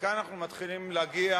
וכאן אנחנו מתחילים להגיע,